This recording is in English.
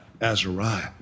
Azariah